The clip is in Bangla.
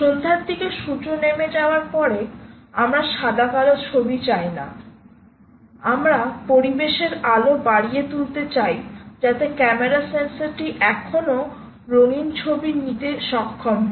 সন্ধ্যার দিকে সূর্য নেমে যাওয়ার পরে আমরা সাদাকালো ছবি চাই না আমরা পরিবেশের আলো বাড়িয়ে তুলতে চাই যাতে ক্যামেরা সেন্সরটি এখনও রঙ ছবি নিতে সক্ষম হয়